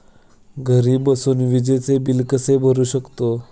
घरी बसून विजेचे बिल कसे भरू शकतो?